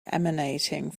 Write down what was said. emanating